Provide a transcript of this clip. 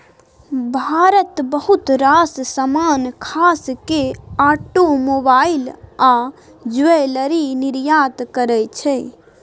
भारत बहुत रास समान खास केँ आटोमोबाइल आ ज्वैलरी निर्यात करय छै